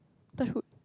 touch wood